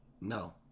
no